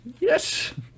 yes